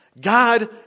God